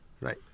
Right